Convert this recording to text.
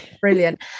Brilliant